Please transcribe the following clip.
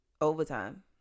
overtime